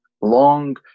long